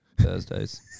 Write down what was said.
Thursdays